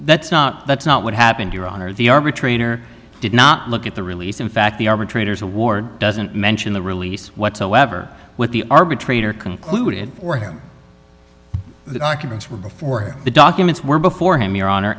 that's not that's not what happened your honor the arbitrator did not look at the release in fact the arbitrator's award doesn't mention the release whatsoever with the arbitrator concluded for him events were before the documents were before him your honor